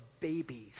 Babies